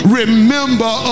remember